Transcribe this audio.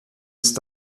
ist